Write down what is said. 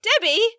Debbie